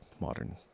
modern